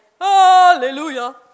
Hallelujah